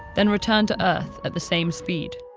then return to earth at the same speed.